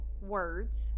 words